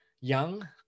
young